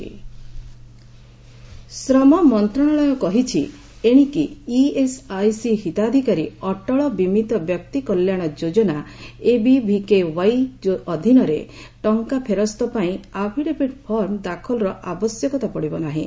ABVKY ଶ୍ରମ ମନ୍ତ୍ରଣାଳୟ କହିଛି ଏଣିକି ଇଏସ୍ଆଇସି ହିତାଧିକାରୀ ଅଟଳ ବିମିତ ବ୍ୟକ୍ତି କଲ୍ୟାଣ ଯୋଜନା ଏବିଭିକେୱାଇ ଯୋଜନା ଅଧୀନରେ ଟଙ୍କା ଫେରସ୍ତ ପାଇଁ ଆଫିଡେବିଟ୍ ଫର୍ମ ଦାଖଲର ଆବଶ୍ୟକତା ପଡ଼ିବ ନାହିଁ